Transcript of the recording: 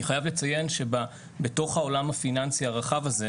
אני חייב לציין שבתוך העולם הפיננסי הרחב הזה